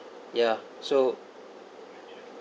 ya so